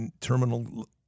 terminal